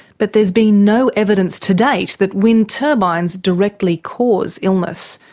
but there's been no evidence to date that wind turbines directly cause illness.